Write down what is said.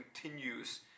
continues